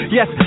Yes